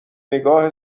نگاه